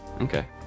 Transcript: Okay